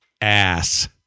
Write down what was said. ass